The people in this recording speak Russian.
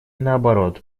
наоборот